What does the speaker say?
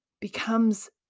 becomes